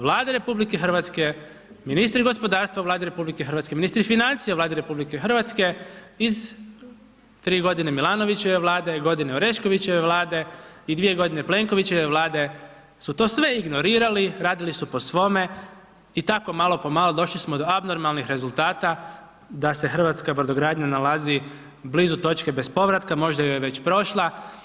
Vlade RH, ministri gospodarstva u Vladi RH, ministri financija u Vladi RH iz tri godine Milanovićeve Vlade, godine Oreškovićeve Vlade i dvije godine Plenkovićeve Vlade u to sve ignorirali, radili su po svoje, i tako, malo po malo, došli smo do abnormalnih rezultata da se hrvatska brodogradnja nalazi blizu točke bez povratka, možda je već i prošla.